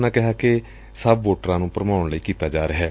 ਉਨ੍ਹਾ ਕਿਹਾ ਕਿ ਇਹ ਸਭ ਵੋਟਰਾਂ ਨੂੰ ਭਰਮਾਉਣ ਲਈ ਕੀਤਾ ਜਾ ਰਿਹੈ